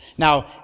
Now